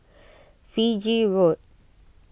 Fiji Road